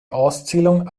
auszählung